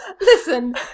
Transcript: listen